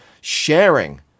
sharing